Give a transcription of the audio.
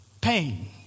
pain